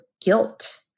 guilt